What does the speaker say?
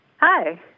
Hi